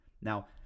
Now